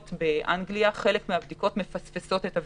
באנגליה חלק מהבדיקות מפספסות את הווירוס.